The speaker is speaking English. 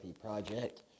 Project